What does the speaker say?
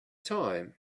time